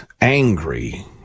angry